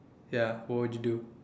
ya what would you do